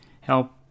help